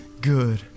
good